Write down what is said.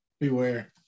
beware